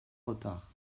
retard